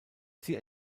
sie